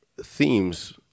themes